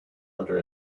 under